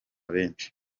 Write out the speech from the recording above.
benshi